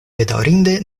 bedaŭrinde